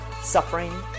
suffering